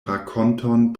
rakonton